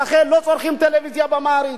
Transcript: ולכן לא צורכים טלוויזיה באמהרית,